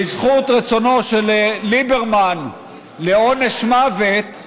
בזכות רצונו של ליברמן לעונש מוות,